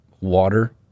water